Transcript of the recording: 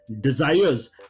desires